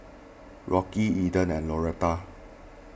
Rocky Eden and Lauretta